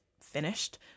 finished